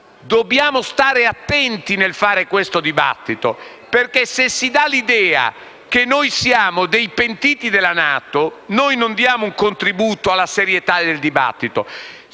Dobbiamo stare attenti nel fare questo dibattito perché se diamo l'idea di essere dei pentiti della NATO non diamo certo un contributo alla serietà del dibattito